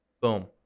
Boom